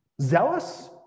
Zealous